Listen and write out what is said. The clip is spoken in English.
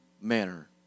manner